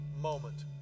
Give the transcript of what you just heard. moment